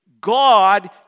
God